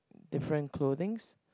different clothings